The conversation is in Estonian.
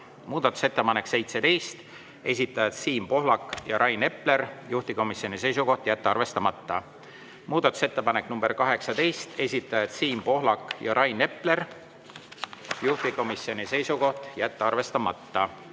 Muudatusettepanek nr 17, esitajad Siim Pohlak ja Rain Epler, juhtivkomisjoni seisukoht on jätta arvestamata. Muudatusettepanek nr 18, esitajad Siim Pohlak ja Rain Epler, juhtivkomisjoni seisukoht on jätta arvestamata.